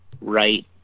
right